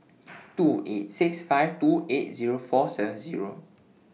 two eight six five two eight Zero four seven Zero